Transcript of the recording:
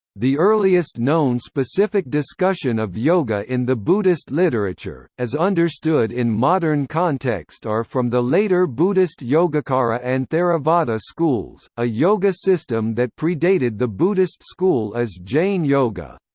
the earliest known specific discussion of yoga in the buddhist literature, as understood in modern context are from the later buddhist yogacara and theravada schools a yoga system that predated the buddhist school is jain yoga.